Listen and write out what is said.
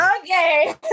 Okay